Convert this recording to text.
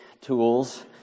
tools